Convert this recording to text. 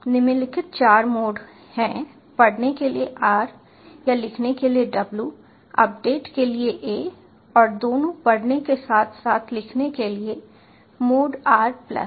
निम्नलिखित चार मोड हैं पढ़ने के लिए r या लिखने के लिए w अपेंड के लिए a और दोनों पढ़ने के साथ साथ लिखने के लिए मोड r प्लस